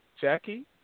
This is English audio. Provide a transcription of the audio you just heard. Jackie